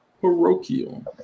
Parochial